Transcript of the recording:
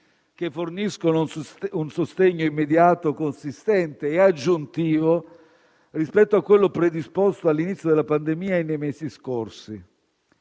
che forniscono un sostegno immediato, consistente e aggiuntivo rispetto a quello predisposto all'inizio della pandemia e nei mesi scorsi.